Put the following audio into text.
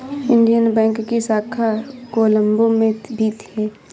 Indian Bank की शाखा कोलम्बो में भी है